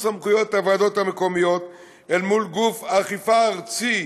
סמכויות הוועדות המקומיות אל מול גוף האכיפה הארצי,